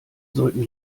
sollten